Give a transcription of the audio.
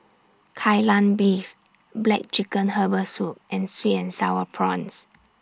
Kai Lan Beef Black Chicken Herbal Soup and Sweet and Sour Prawns